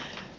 selvä